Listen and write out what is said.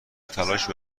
تلاشی